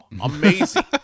Amazing